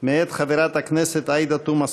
אחרי שקוראים את הדברים החמורים האלה,